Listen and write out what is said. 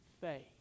faith